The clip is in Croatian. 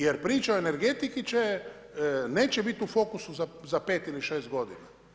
Jer priča o energetici neće biti u fokusu za 5 ili 6 godina.